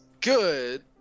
good